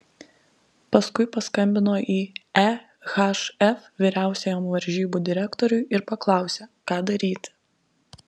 paskui paskambino į ehf vyriausiajam varžybų direktoriui ir paklausė ką daryti